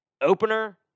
Opener